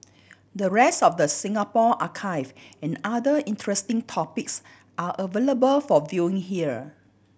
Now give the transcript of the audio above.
the rest of the Singapore archive and other interesting topics are available for viewing here